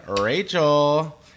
Rachel